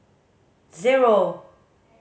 zero